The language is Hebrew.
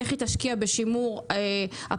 איך היא תשקיע בשימור הפרנסה,